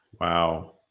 Wow